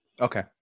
Okay